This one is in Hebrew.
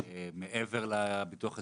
מעבר לביטוח הסיעודי,